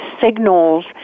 signals